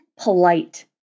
polite